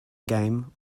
game